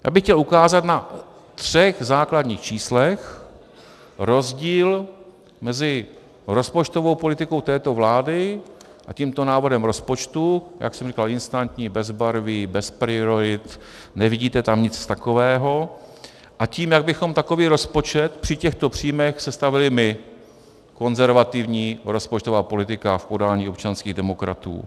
Já bych chtěl ukázat na třech základních číslech rozdíl mezi rozpočtovou politikou této vlády a tímto návrhem rozpočtu jak jsem říkal, instantní, bezbarvý, bez priorit, nevidíte tam nic takového a tím, jak bychom takový rozpočet při těchto příjmech sestavili my, konzervativní rozpočtová politika v podání občanských demokratů.